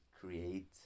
create